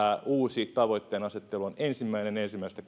uusi tavoitteenasettelu on ensimmäinen ensimmäistä